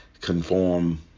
conform